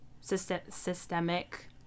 systemic